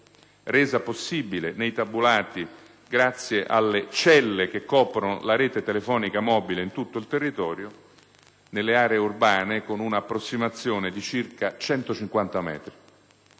resa possibile nei tabulati grazie alle celle che coprono la rete telefonica mobile in tutto il territorio e nelle aree urbane con un'approssimazione di circa 150 metri.